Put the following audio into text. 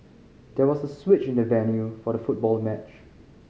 there was a switch in the venue for the football match